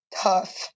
tough